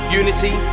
unity